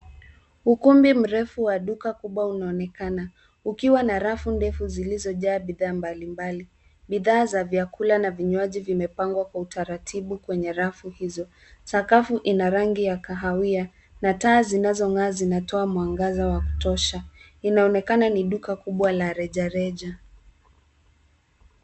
Ukumbi mrefu wa duka kubwa unaonekana, ukiwa na rafu ndefu zilizojaa bidhaa mbalimbali. Bidhaa za vyakula na vinywaji vimepangwa kwa utaratibu kwenye rafu hizo. Sakafu ina rangi ya kahawia, na taa zinazong'aa zinatoa mwangaza wa kutosha. Inaonekana ni duka kubwa la rejareja.